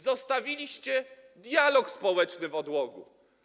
Zostawiliście dialog społeczny odłogiem.